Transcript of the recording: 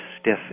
stiff